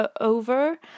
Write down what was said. over